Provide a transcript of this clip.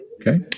Okay